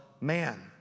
man